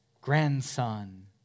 grandson